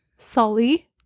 sully